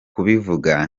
kubivuga